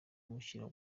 kumushyira